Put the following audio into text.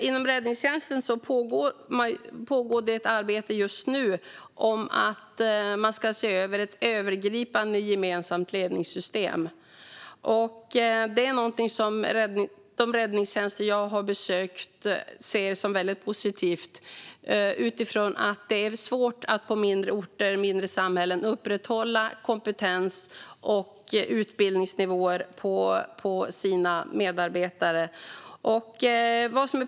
Inom räddningstjänsten pågår det just nu ett arbete med ett övergripande gemensamt ledningssystem. Det är någonting som de räddningstjänster jag har besökt ser som väldigt positivt, utifrån att det är svårt att på mindre orter upprätthålla kompetens och utbildningsnivåer på sina medarbetare.